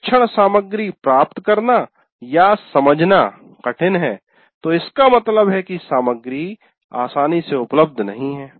शिक्षण सामग्री प्राप्त करना या समझना कठिन है तो इसका मतलब है कि सामग्री आसानी से उपलब्ध नहीं है